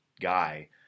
guy